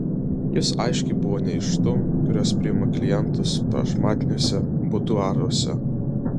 jos aiškiai buvo ne iš tų kurios priima klientus prašmatniuose buduaruose